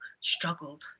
struggled